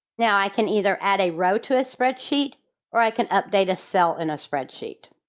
now i can either add a row to a spreadsheet or i can update a cell in a spreadsheet.